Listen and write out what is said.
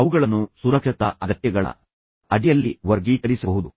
ಆದ್ದರಿಂದ ಅವುಗಳನ್ನು ಸುರಕ್ಷತಾ ಅಗತ್ಯಗಳ ಅಡಿಯಲ್ಲಿ ವರ್ಗೀಕರಿಸಬಹುದು